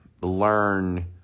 learn